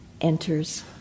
enters